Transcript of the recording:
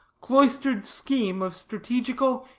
cloistered scheme of strategical,